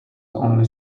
only